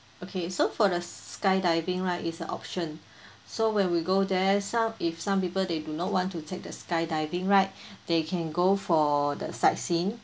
okay so for the skydiving right is an option so when we go there some if some people they do not want to take the skydiving right they can go for the sightseeing